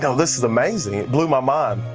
this is amazing. it blew my mind.